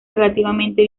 relativamente